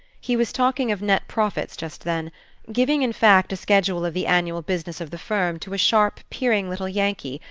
he was talking of net profits just then giving, in fact, a schedule of the annual business of the firm to a sharp peering little yankee,